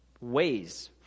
ways